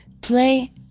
play